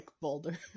boulder